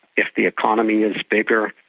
if the economy is bigger,